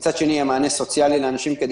מצד שני יהיה מענה סוציאלי לאנשים כדי